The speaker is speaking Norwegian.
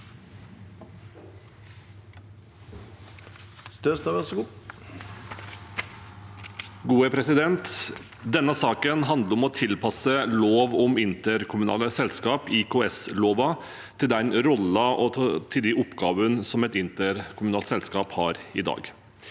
for saken): Denne saken handler om å tilpasse lov om interkommunale selskap, IKS-loven, til den rollen og de oppgavene et interkommunalt selskap har i dag.